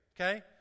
okay